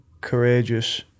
courageous